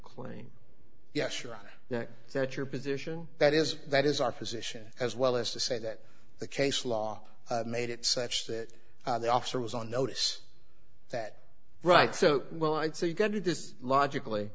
claim yeah sure that your position that is that is our position as well as to say that the case law made it such that the officer was on notice that right so well i'd say you got to this logically